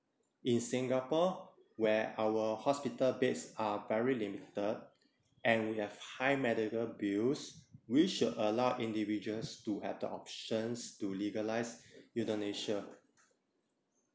in singapore where our hospital beds are very limited and we have high medical bills we should allow individuals to have the options to legalise euthanasia